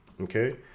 okay